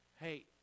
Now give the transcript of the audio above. Hey